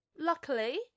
Luckily